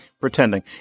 pretending